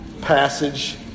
passage